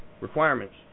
requirements